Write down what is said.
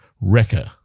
wrecker